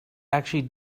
actually